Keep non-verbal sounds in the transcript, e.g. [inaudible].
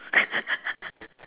[laughs]